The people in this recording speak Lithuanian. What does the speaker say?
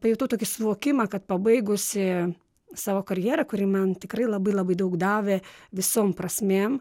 pajutau tokį suvokimą kad pabaigusi savo karjerą kuri man tikrai labai labai daug davė visom prasmėm